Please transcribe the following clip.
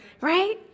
right